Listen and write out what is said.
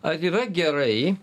ar yra gerai